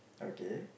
okay